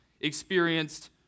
experienced